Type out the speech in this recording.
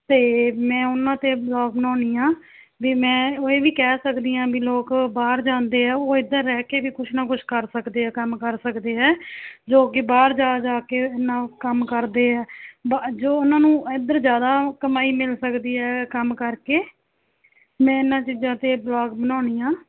ਅਤੇ ਮੈਂ ਉਹਨਾਂ 'ਤੇ ਵਲੋਗ ਬਣਾਉਂਦੀ ਹਾਂ ਵੀ ਮੈਂ ਇਹ ਵੀ ਕਹਿ ਸਕਦੀ ਹਾਂ ਵੀ ਲੋਕ ਬਾਹਰ ਜਾਂਦੇ ਆ ਉਹ ਇੱਧਰ ਰਹਿ ਕੇ ਵੀ ਕੁਛ ਨਾ ਕੁਛ ਕਰ ਸਕਦੇ ਹੈ ਕੰਮ ਕਰ ਸਕਦੇ ਹੈ ਜੋ ਕਿ ਬਾਹਰ ਜਾ ਜਾ ਕੇ ਨਾ ਉਹ ਕੰਮ ਕਰਦੇ ਹਾਂ ਬਾ ਜੋ ਉਹਨਾਂ ਨੂੰ ਇੱਧਰ ਜ਼ਿਆਦਾ ਕਮਾਈ ਮਿਲ ਸਕਦੀ ਹੈ ਕੰਮ ਕਰਕੇ ਮੈਂ ਇਹਨਾਂ ਚੀਜ਼ਾਂ 'ਤੇ ਵਲੋਗ ਬਣਾਉਂਦੀ ਹਾਂ